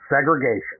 segregation